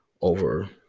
over